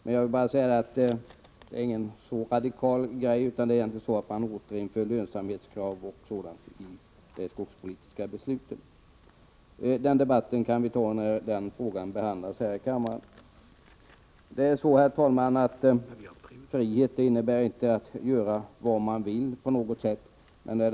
Det är emellertid ingen radikal sak, utan det är fråga om att återinföra lönsamhetskrav och annat i det skogspolitiska beslutet. Den debatten kan vi alltså föra när frågan behandlas här i kammaren. Herr talman! Frihet innebär inte på något sätt att göra vad man vill.